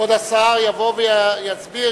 כבוד השר יבוא ויסביר,